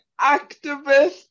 activist